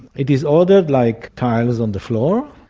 it is ordered like tiles on the floor,